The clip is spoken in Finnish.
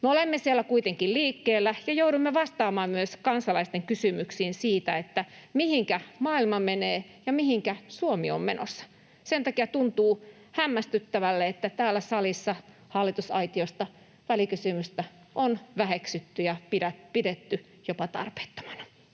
Me olemme siellä kuitenkin liikkeellä ja joudumme vastaamaan myös kansalaisten kysymyksiin siitä, mihinkä maailma menee ja mihinkä Suomi on menossa. Sen takia tuntuu hämmästyttävälle, että täällä salissa hallitusaitiosta välikysymystä on väheksytty ja pidetty jopa tarpeettomana.